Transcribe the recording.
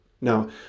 now